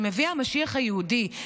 שמביא המשיח היהודי,